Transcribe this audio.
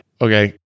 okay